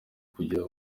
kugira